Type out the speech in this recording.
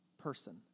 person